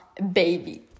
Baby